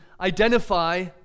identify